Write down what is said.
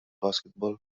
basketball